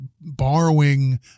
borrowing